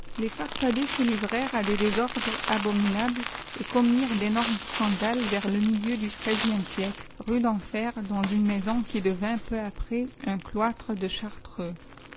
les faf fadets se livrèrent à des désordres abominables et tùoh mirent d'énormes scandales vers le milieu du treisième siède rue d'enfer dans une maison qui devint peu après un cloître de chartreux